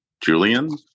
Julian